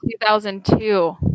2002